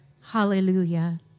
Hallelujah